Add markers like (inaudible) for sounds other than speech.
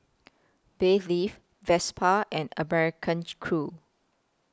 bathe leave Vespa and (unintelligible) Crew